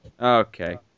Okay